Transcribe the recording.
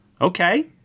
Okay